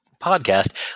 podcast